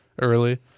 early